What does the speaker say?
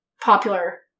popular